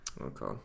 Okay